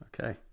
okay